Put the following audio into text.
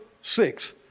six